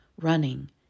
running